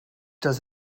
does